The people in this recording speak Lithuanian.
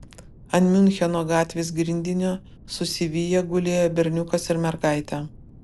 ant miuncheno gatvės grindinio susiviję gulėjo berniukas ir mergaitė